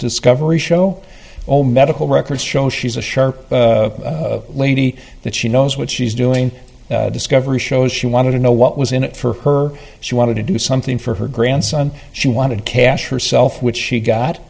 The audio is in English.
discovery show all medical records show she's a shark lady that she knows what she's doing discovery shows she wanted to know what was in it for her she wanted to do something for her grandson she wanted cash herself which she got